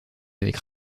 avec